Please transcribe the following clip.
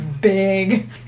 big